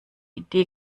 idee